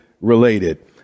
related